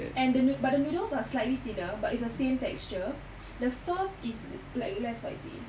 and the noo~ but the noodles are slightly thinner but it's the same texture the sauce is like less spicy